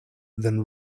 than